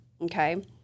Okay